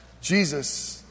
Jesus